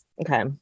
Okay